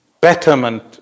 betterment